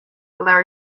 larry